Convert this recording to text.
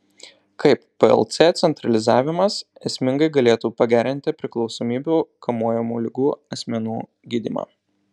kaip plc centralizavimas esmingai galėtų pagerinti priklausomybių kamuojamų ligų asmenų gydymą